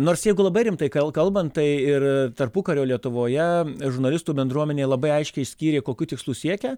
nors jeigu labai rimtai kal kalbant tai ir tarpukario lietuvoje žurnalistų bendruomenė labai aiškiai išskyrė kokių tikslų siekia